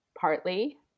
partly